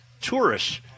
tourists